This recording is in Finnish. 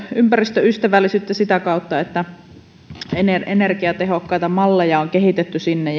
ympäristöystävällisyyttä sitä kautta että energiatehokkaita malleja on kehitetty sinne